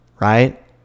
right